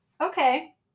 Okay